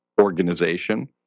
Organization